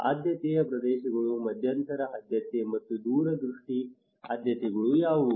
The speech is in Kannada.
ಆದ್ಯತೆಯ ಪ್ರದೇಶಗಳು ಮಧ್ಯಂತರ ಆದ್ಯತೆ ಮತ್ತು ದೂರದ್ರುಷ್ಟಿ ಆದ್ಯತೆಗಳು ಯಾವುವು